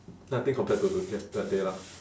nothing compared to to yesterday lah